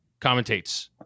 commentates